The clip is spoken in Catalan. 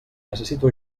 necessito